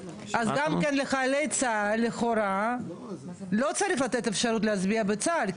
אז גם כן לחיילי צה"ל לכאורה לא צריך לתת אפשרות להצביע בצה"ל,